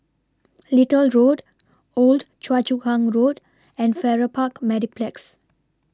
Little Road Old Choa Chu Kang Road and Farrer Park Mediplex